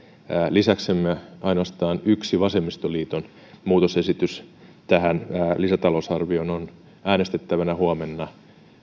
lisäksemme ainoastaan yksi vasemmistoliiton muutosesitys tähän lisätalousarvioon on äänestettävänä huomenna